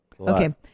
okay